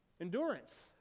endurance